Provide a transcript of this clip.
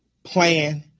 plan,